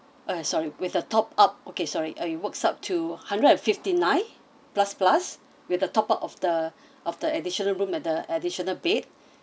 uh sorry with the top up okay sorry uh it works up to hundred and fifty nine plus plus with the top up of the of the additional room at the additional bed